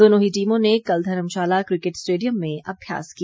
दोनों ही टीमों ने कल धर्मशाला क्रिकेट स्टेडियम में अभ्यास किया